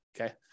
Okay